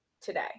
today